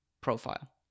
profile